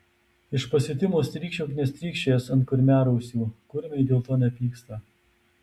iš pasiutimo strykčiok nestrykčiojęs ant kurmiarausių kurmiai dėl to nepyksta